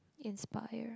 inspire